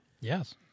Yes